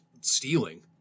stealing